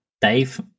Dave